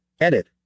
Edit